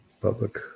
Public